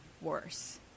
worse